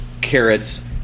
carrots